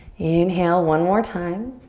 inhale one more time.